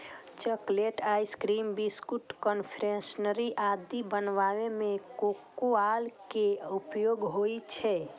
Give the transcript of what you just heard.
chocolate, ice cream, biscuit, confectionery आदि बनाबै मे कोकोआ के उपयोग होइ छै